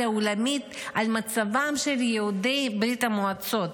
העולמית על מצבם של יהודי ברית המועצות.